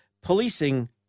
policing